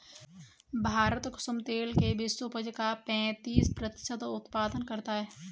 भारत कुसुम तेल के विश्व उपज का पैंतीस प्रतिशत उत्पादन करता है